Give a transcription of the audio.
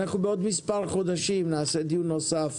בעוד מספר חודשים נערוך דיון נוסף